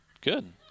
Good